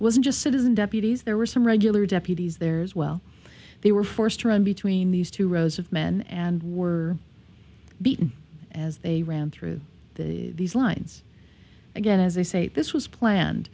wasn't just citizen deputies there were some regular deputies there's well they were forced to run between these two rows of men and were beaten as they ran through these lines again as i say this was planned